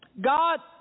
God